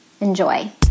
Enjoy